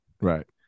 right